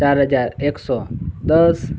ચાર હજાર એકસો દસ